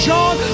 John